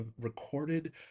recorded